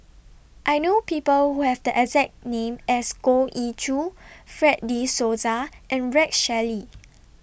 I know People Who Have The exact name as Goh Ee Choo Fred De Souza and Rex Shelley